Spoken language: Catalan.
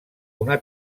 una